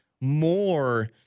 more